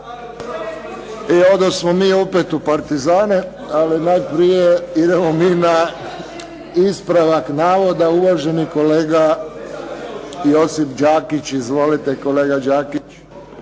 I odosmo mi opet u partizane. Ali najprije idemo mi na ispravak navoda, uvaženi kolega Josip Đakić. Izvolite kolega Đakić.